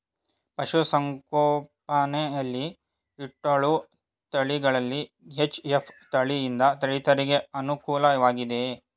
ಪಶು ಸಂಗೋಪನೆ ಯಲ್ಲಿ ಇಟ್ಟಳು ತಳಿಗಳಲ್ಲಿ ಎಚ್.ಎಫ್ ತಳಿ ಯಿಂದ ರೈತರಿಗೆ ಅನುಕೂಲ ವಾಗಿದೆಯೇ?